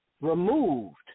removed